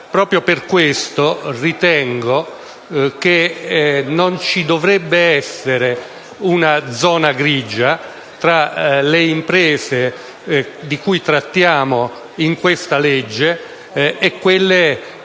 Proprio per questo ritengo che non ci dovrebbe essere una zona grigia tra le imprese di cui trattiamo in questa legge e quelle